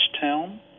town